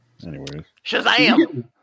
Shazam